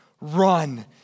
run